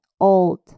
old